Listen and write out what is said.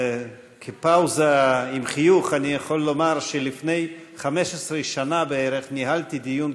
כפאוזה עם חיוך אני יכול לומר שלפני 15 שנה בערך ניהלתי דיון,